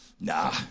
Nah